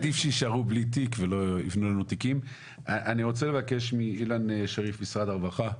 אני רוצה לבקש מאילן שריף לדבר ממשרד הרווחה,